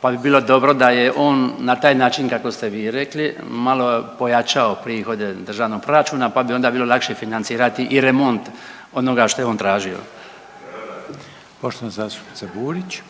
pa bi bilo dobro da je on na taj način kako ste vi rekli malo pojačao prihode državnog proračuna, pa bi onda bilo lakše financirati i remont onoga što je on tražio. **Reiner,